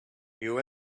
you